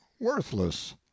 worthless